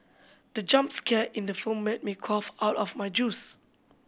the jump scare in the film made me cough out of my juice